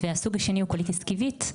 והסוג השני הוא קוליטיס כיבית,